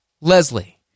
Leslie